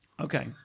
Okay